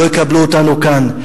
לא יקבלו אותנו כאן.